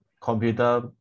computer